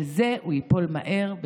על זה הוא ייפול מהר,